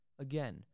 Again